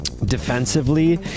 defensively